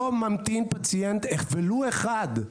לא ממתין פציינט, ולו אחד,